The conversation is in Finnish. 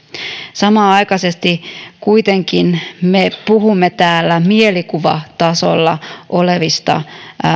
samanaikaisesti kuitenkin me puhumme täällä mielikuvatasolla olevista